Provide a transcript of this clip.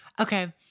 Okay